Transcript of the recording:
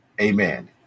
Amen